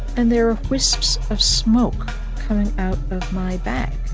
and there were wisps of smoke coming out of my bag